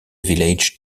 village